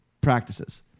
practices